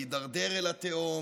להידרדר אל התהום,